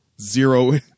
zero